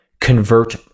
Convert